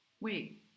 Wait